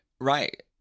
right